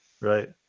Right